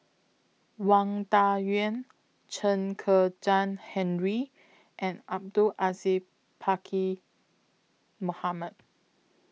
Wang Dayuan Chen Kezhan Henri and Abdul Aziz Pakkeer Mohamed